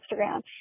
Instagram